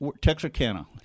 Texarkana